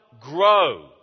grow